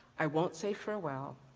i won't say farewell.